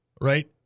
Right